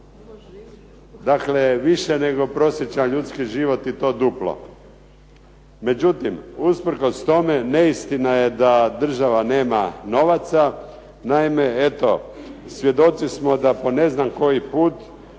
Dakle više nego prosječan ljudski život i to duplo. Međutim, usprkos tome neistina je da država nema novaca. Naime eto svjedoci smo da po ne znam koji put